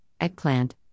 eggplant